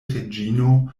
reĝino